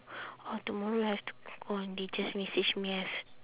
orh tomorrow I have to go on they just message me have